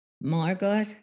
Margot